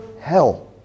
hell